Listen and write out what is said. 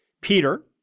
Peter